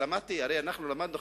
הרי אנחנו למדנו,